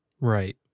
Right